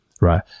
right